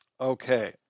Okay